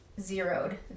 Zeroed